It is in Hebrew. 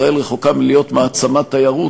ישראל רחוקה מלהיות מעצמת תיירות,